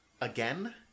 again